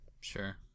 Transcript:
Sure